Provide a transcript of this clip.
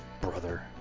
brother